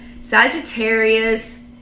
Sagittarius